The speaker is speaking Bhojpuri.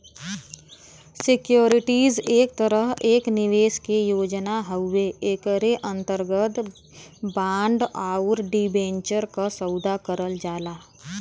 सिक्योरिटीज एक तरह एक निवेश के योजना हउवे एकरे अंतर्गत बांड आउर डिबेंचर क सौदा करल जाला